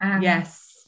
yes